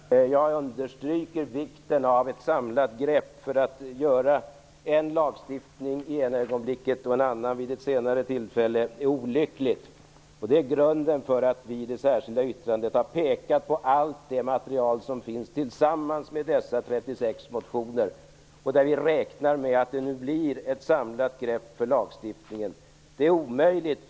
Herr talman! Jag vill bara helt kort understryka vikten av ett samlat grepp. Det är olyckligt att åstadkomma en lagstiftning vid en tidpunkt och en annan vid ett senare tillfälle. Det är anledningen till att vi i det särskilda yttrandet har pekat på allt det material som finns utöver dessa 36 motioner. Vi räknar med att det nu tas ett samlat grepp om lagstiftningen på det här området.